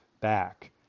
back